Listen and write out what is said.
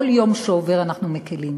כל יום שעובר אנחנו מקלים.